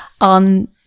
on